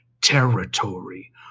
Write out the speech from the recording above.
territory